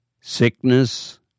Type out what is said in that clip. sickness